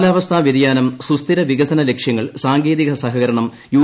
കാലാവസ്ഥാ വൃതിയാനം സുസ്ഥിര വികസന ലക്ഷ്യങ്ങൾ സാങ്കേതിക സഹകരണം യു